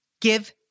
Give